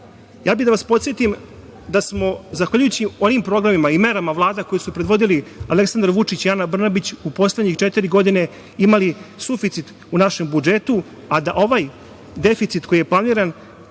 EU.Ja bih da vas podsetim da smo zahvaljujući onim programima i merama vlada koje su predvodili Aleksandar Vučić i Ana Brnabić u poslednjih četiri godine imali suficit u našem budžetu, a da je ovaj deficit koji je planiran